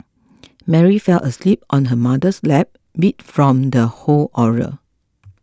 Mary fell asleep on her mother's lap beat from the whole ordeal